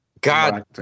God